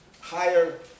higher